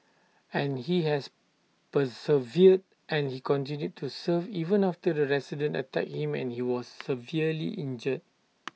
and he has persevered and he continued to serve even after the resident attacked him and he was severely injured